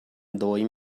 dawi